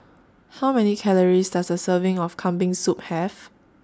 How Many Calories Does A Serving of Kambing Soup Have